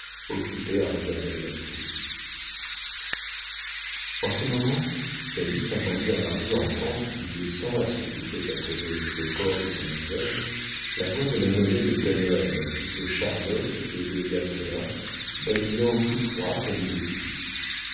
occupée à regarder le bateau en ce moment calyste entendit dans la rue en pente qui descend à ce qu'il faut appeler le port de saint-nazaire la voix de mademoiselle de pen hoël de charlotte et de gasselin babillant tous trois comme des pies